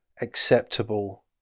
acceptable